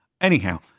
Anyhow